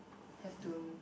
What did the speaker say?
have to